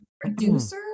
producer